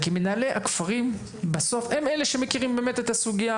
כי מנהלי הכפרים בסוף הם אלה שמכירים באמת את הסוגיה